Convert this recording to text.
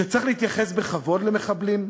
שצריך להתייחס בכבוד למחבלים,